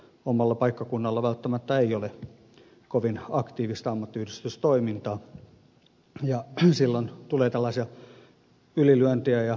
omalla paikkakunnalla välttämättä ei ole kovin aktiivista ammattiyhdistystoimintaa ja silloin tulee tällaisia ylilyöntejä ja ylireagointeja